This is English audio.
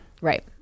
Right